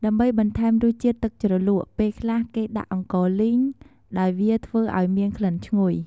ដើម្បីបន្ថែមរសជាតិទឹកជ្រលក់ ពេលខ្លះគេដាក់អង្ករលីង ដោយវាធ្វើឲ្យមានក្លិនឈ្ងុយ។